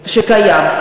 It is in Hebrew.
שקיים.